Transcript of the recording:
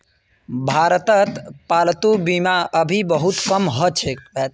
भारतत पालतू बीमा अभी बहुत कम ह छेक